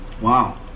Wow